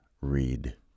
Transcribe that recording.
read